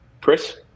Chris